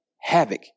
havoc